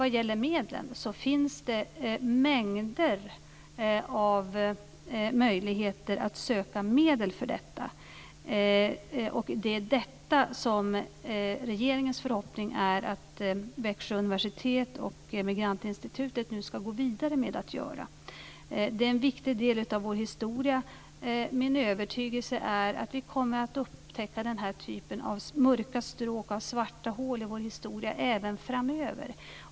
Det finns mängder av möjligheter att söka medel för detta. Det är regeringens förhoppning att Växjö universitet och Emigrantinstitutet nu ska gå vidare med detta. Det är en viktig del av vår historia. Min övertygelse är att vi kommer att upptäcka den här typen av mörka stråk och svarta hål i vår historia även framöver.